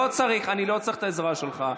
לא צריך, אני לא צריך את העזרה שלך.